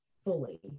Fully